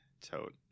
tote